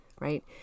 right